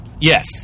Yes